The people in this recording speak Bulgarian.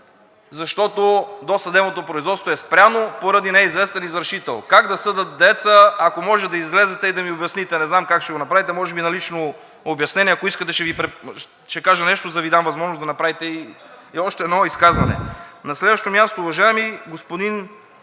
защото досъдебното производство е спряно поради неизвестен извършител? Как да съдя дееца? Ако може да излезете и да ми обясните. Не знам как ще го направите –може би на лично обяснение. Ако искате, ще кажа нещо, за да Ви дам възможност за още изказване. На следващо място. Уважаеми господин